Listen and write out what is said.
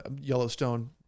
Yellowstone